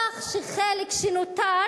כך שהחלק שנותר,